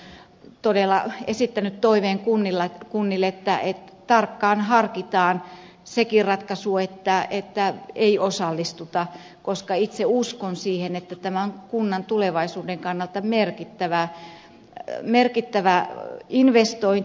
olen todella esittänyt toiveen kunnille että tarkkaan harkitaan sekin ratkaisu että ei osallistuta koska itse uskon siihen että tämä on kunnan tulevaisuuden kannalta merkittävä investointi